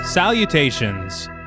Salutations